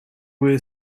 were